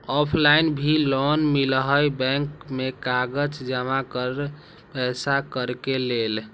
Offline भी loan मिलहई bank में कागज जमाकर पेशा करेके लेल?